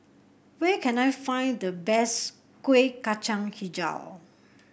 where can I find the best Kuih Kacang hijau